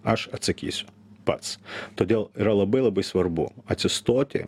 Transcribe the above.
aš atsakysiu pats todėl yra labai labai svarbu atsistoti